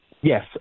Yes